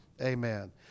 Amen